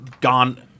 gone